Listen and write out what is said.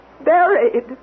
Buried